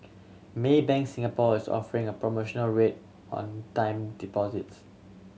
Maybank Singapore is offering a promotional rate on time deposits